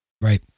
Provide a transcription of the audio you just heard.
Right